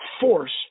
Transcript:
force